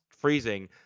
freezing –